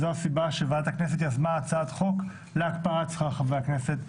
זו הסיבה שוועדת הכנסת יזמה חוק להקפאת שכר חברי הכנסת.